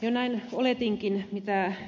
jo näin oletinkin mitä ed